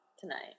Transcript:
tonight